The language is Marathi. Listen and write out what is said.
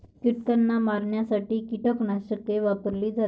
कीटकांना मारण्यासाठी कीटकनाशके वापरली जातात